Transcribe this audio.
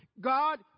God